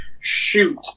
shoot